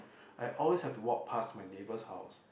I always have to walk past my neighbours house